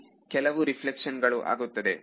ಇಲ್ಲಿ ಕೆಲವು ರೆಫ್ಲೆಕ್ಷನ್ ಗಳು ಆಗುತ್ತದೆ